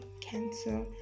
cancer